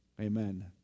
amen